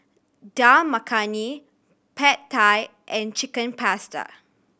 Dal Makhani Pad Thai and Chicken Pasta